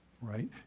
Right